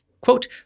Quote